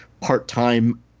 part-time